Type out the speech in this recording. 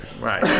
Right